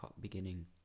beginning